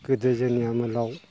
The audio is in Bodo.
गोदो जोंनि आमोलाव